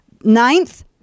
Ninth